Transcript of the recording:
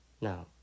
Now